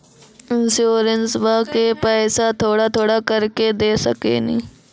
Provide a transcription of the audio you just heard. इंश्योरेंसबा के पैसा थोड़ा थोड़ा करके दे सकेनी?